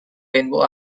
rainbow